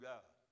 God